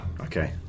Okay